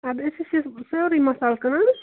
اَدٕ أسۍ حظ چھِ سٲرٕے مصالہ کٕنان